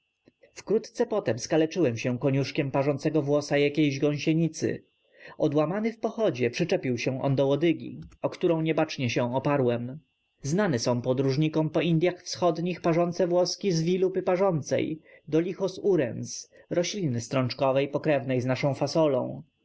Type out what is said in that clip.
wkrótce potem skaleczyłem się koniuszczkiem parzącego włosa jakiejś gąsienicy odłamany w pochodzie przyczepił się on do łodygi o którą niebacznie się oparłem znane są podróżnikom po indyach wschodnich parzące włoski zwilupy parzącej dolichos urens rośliny strączkowatej pokrewnej z naszą fasolą